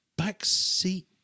Backseat